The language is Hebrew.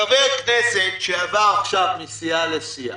חבר כנסת שעבר עכשיו מסיעה לסיעה.